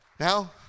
Now